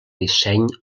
disseny